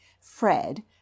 Fred